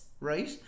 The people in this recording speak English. right